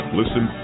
listen